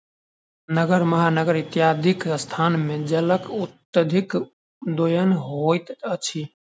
नगर, महानगर इत्यादिक स्थान मे जलक अत्यधिक दोहन होइत अछि